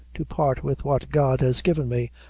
to part with what god has given me.